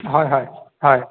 হয় হয় হয়